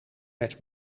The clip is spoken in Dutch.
werd